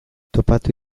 topatu